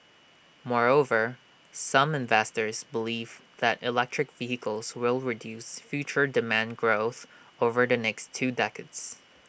moreover some investors believe that electric vehicles will reduce future demand growth over the next two decades